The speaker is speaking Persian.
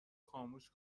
خاموش